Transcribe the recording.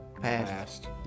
Past